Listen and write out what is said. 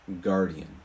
guardian